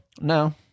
No